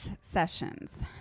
Sessions